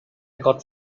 got